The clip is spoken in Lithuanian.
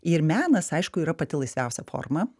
ir menas aišku yra pati laisviausia forma